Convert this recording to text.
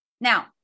Now